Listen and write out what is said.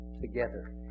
together